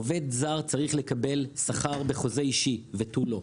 עובד זר צריך לקבל שכר בחוזה אישי ותו לו.